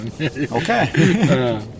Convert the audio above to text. Okay